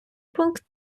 пункт